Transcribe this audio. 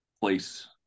place